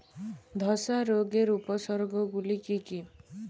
ধসা রোগের উপসর্গগুলি কি কি?